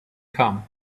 come